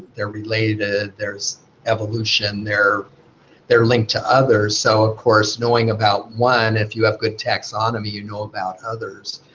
they're related. ah there's evolution, they're they're linked to others. so of course knowing about one, if you have good taxonomy, you know about others.